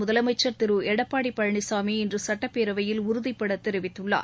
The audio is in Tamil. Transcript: முதலமைச்சர் திரு எடப்பாடி பழனிசாமி இன்று சட்டப்பேரவையில் உறுதிப்பட தெரிவித்துள்ளார்